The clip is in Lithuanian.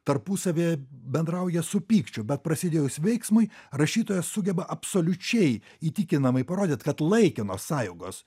tarpusavyje bendrauja su pykčiu bet prasidėjus veiksmui rašytojas sugeba absoliučiai įtikinamai parodyt kad laikinos sąjungos